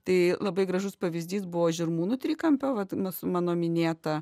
tai labai gražus pavyzdys buvo žirmūnų trikampio vat mus mano minėta